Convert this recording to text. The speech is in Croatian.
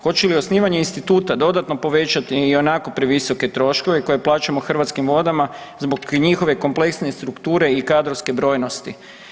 Hoće li osnivanje instituta dodatno povećati ionako previsoke troškove koje plaćamo Hrvatskim vodama zbog njihove kompleksne strukture i kadrovske brojnosti?